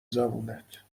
زبونت